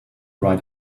right